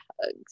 hugs